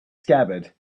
scabbard